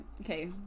Okay